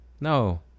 No